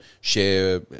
share